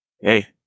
hey